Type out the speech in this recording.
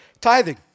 tithing